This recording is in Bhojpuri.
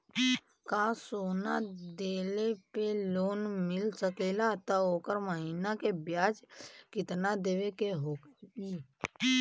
का सोना देले पे लोन मिल सकेला त ओकर महीना के ब्याज कितनादेवे के होई?